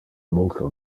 multo